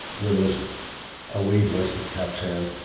there was a wee voice that kept and